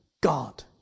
God